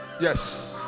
Yes